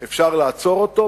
אפשר לעצור בו.